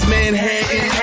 Manhattan